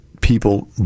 people